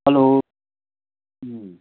hello